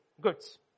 goods